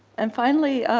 and finally,